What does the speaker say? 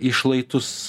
į šlaitus